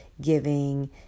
giving